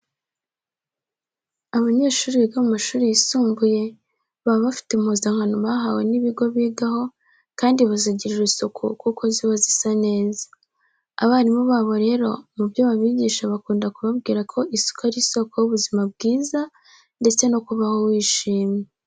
Abanyeshuri biga mu mashuri yisumbuye baba bafite impuzankano bahawe n'ibigo bigaho kandi bazigirira isuku kuko ziba zisa neza. Abarimu babo rero mu byo babigisha bakunda kubabwira ko isuku ari isoko y'ubuzima bwiza ndetse no kubaho wishimye.